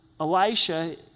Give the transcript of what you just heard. Elisha